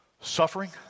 suffering